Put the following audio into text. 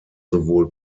sowohl